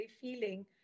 feeling